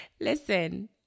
listen